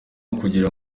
ukugira